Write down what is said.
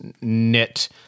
knit